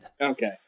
Okay